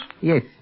Yes